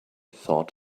thought